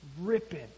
ripping